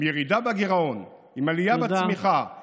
עם ירידה בגירעון, עם עלייה בצמיחה, תודה.